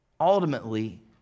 Ultimately